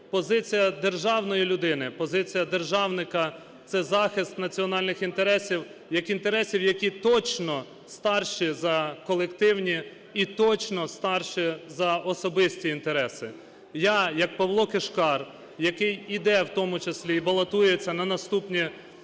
Позиція державної людини, позиція державника – це захист національних інтересів як інтересів, які точно старші за колективні і точно старші за особисті інтереси. Я, як Павло Кишкар, який іде, в тому числі, і балотується на наступних